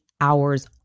hours